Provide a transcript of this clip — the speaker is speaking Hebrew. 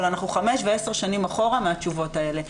אבל אנחנו חמש ועשר שנים אחורה מהתשובות האלה.